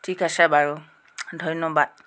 ঠিক আছে বাৰু ধন্যবাদ